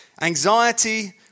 Anxiety